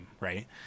Right